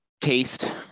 taste